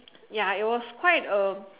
ya it was quite a